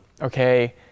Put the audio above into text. okay